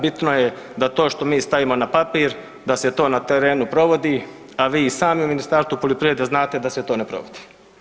Bitno je da to što mi stavimo na papir da se to na terenu provodi, a vi i sami u Ministarstvu poljoprivrede znate da se to ne provodi.